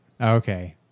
Okay